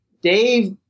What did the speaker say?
Dave